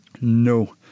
No